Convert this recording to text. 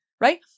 Right